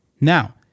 Now